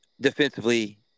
defensively